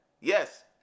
Yes